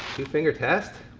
two-finger test.